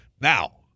now